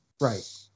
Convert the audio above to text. Right